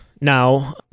now